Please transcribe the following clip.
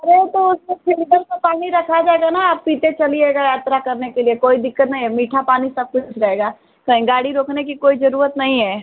अरे वह तो उसमें फिल्टर का पानी रखा जाएगा ना आप पीते चलिएगा यात्रा करने के लिए कोई दिक्कत नहीं है मीठा पानी सबको मिल जाएगा कहीं गाड़ी रोकने की कोई ज़रूरत नहीं है